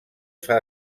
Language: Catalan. s’ha